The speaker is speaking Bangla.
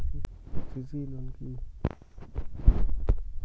সি.সি লোন কি?